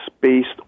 based